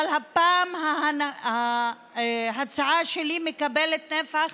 אבל הפעם ההצעה שלי מקבלת נפח